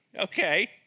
Okay